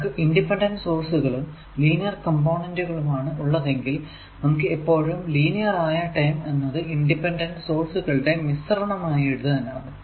നമുക്ക് ഇൻഡിപെൻഡന്റ് സോഴ്സുകളും ലീനിയർ കംപോണന്റുകളും ആണ് ഉള്ളതെങ്കിൽ നമുക്ക് എപ്പോഴും ലീനിയർ ആയ ടെം എന്നത് ഇൻഡിപെൻഡന്റ് സോഴ്സുകളുടെ മിശ്രണം ആയി എഴുതാനാകും